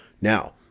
Now